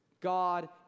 God